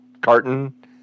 carton